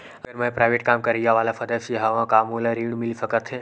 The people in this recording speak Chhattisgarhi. अगर मैं प्राइवेट काम करइया वाला सदस्य हावव का मोला ऋण मिल सकथे?